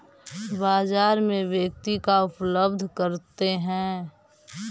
बाजार में व्यक्ति का उपलब्ध करते हैं?